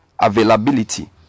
availability